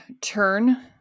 turn